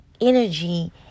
energy